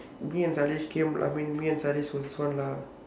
me and zanesh came I mean me and zanesh was this one lah